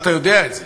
אתה יודע את זה.